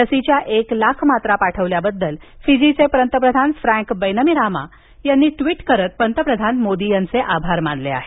लशीच्या एक लाख मात्रा पाठवल्याबद्दल फिजीचे पंतप्रधान फ्रँक बैनीमारामा यांनी ट्वीट करत पंतप्रधान नरेंद्र मोदी यांचे आभार मानले आहेत